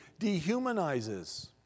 dehumanizes